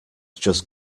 just